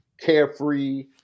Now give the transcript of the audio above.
carefree